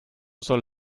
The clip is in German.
soll